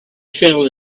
fell